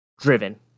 driven